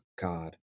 God